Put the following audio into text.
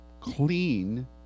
clean